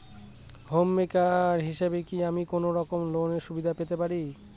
Home maker হিসেবে কি আমি কোনো রকম লোনের সুবিধা পেতে পারি?